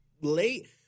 Late